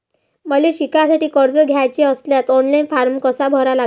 मले शिकासाठी कर्ज घ्याचे असल्यास ऑनलाईन फारम कसा भरा लागन?